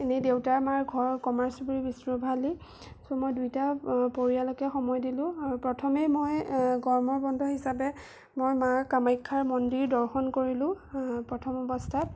এনেই দেউতা মাৰ ঘৰ কমাৰ চুবুৰী বিষ্ণুৰাভা আলি ছ' মই দুইটা পৰিয়ালকে সময় দিলোঁ আৰু প্ৰথমেই মই গৰমৰ বন্ধ হিচাপে মই মা কামাখ্যাৰ মন্দিৰ দৰ্শন কৰিলোঁ প্ৰথম অৱস্থাত